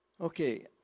Okay